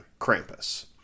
Krampus